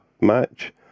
match